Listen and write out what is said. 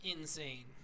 insane